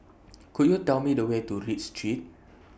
Could YOU Tell Me The Way to Read Street